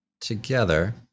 together